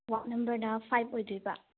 ꯋꯥꯔꯗ ꯅꯝꯕꯔꯅ ꯐꯥꯏꯕ ꯑꯣꯏꯗꯣꯏꯕ